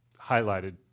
highlighted